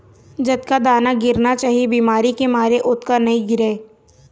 जतका दाना गिरना चाही बिमारी के मारे ओतका नइ गिरय